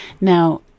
Now